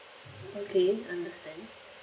okay understand